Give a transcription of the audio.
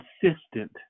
consistent